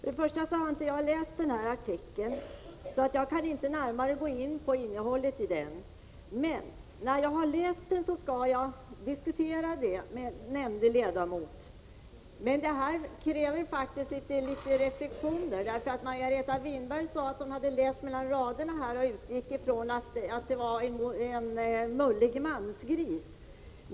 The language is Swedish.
Jag har inte läst den artikeln, så jag kan inte gå närmare in på innehållet i den, men när jag har läst den skall jag diskutera den med nämnde ledamot. Men det här kräver faktiskt litet mera reflexion. Margareta Winberg sade att hon hade läst mellan raderna och utgick från att författaren var en mullig mansgris.